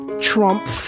Trump